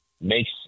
makes